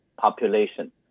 population